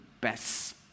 best